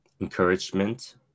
encouragement